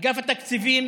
אגף התקציבים